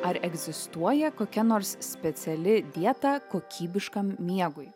ar egzistuoja kokia nors speciali dieta kokybiškam miegui